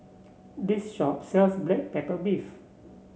this shop sells Black Pepper Beef